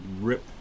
rip